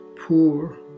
poor